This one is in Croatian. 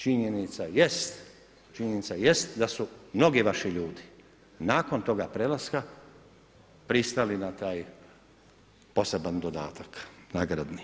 Činjenica jest, činjenica jest da su mnogi vaši ljudi nakon toga prelaska pristali na taj poseban dodatak, nagradni.